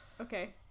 Okay